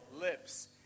lips